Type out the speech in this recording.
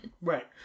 Right